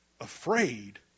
afraid